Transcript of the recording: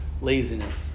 laziness